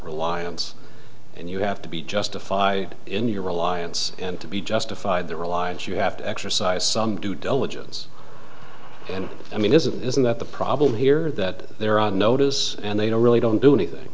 reliance and you have to be justified in your reliance and to be justified the reliance you have to exercise due diligence and i mean is it isn't that the problem here that they're on notice and they really don't do anything